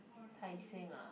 tai-seng ah